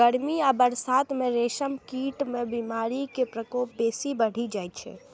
गर्मी आ बरसात मे रेशम कीट मे बीमारी के प्रकोप बेसी बढ़ि जाइ छै